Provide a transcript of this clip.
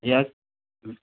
yes